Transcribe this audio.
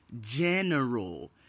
general